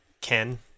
Ken